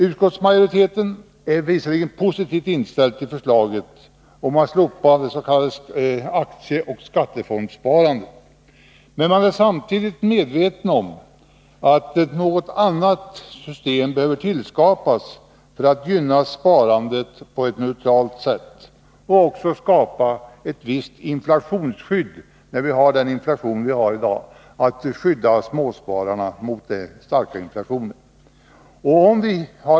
Utskottsmajoriteten är visserligen positivt inställd till förslaget om att slopa det s.k. aktieoch skattefondssparandet, men man är samtidigt medveten om att något annat system behöver tillskapas för att gynna sparandet på ett neutralt sätt. Man behöver skapa ett visst inflationsskydd som, med tanke på den inflation vi har i dag, skyddar småspararna från den starka inflationen.